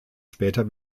später